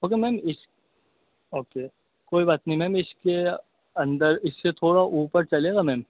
okay ma'am اس okay کوئی بات نہیں میم اس کے اندر اس سے تھوڑا اوپر چلے گا میم